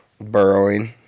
Burrowing